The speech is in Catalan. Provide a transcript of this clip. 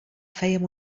fèiem